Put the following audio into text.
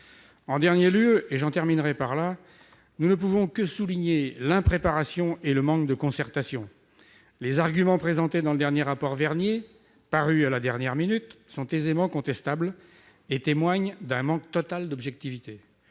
En dernier lieu, nous ne pouvons que souligner l'impréparation et le manque de concertation. Les arguments présentés dans le dernier rapport Vernier, paru à la dernière minute, sont aisément contestables et témoignent d'un manque total d'objectivité.